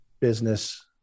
business